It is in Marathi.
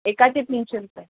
एकाचे तीनशे रुपये